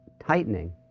tightening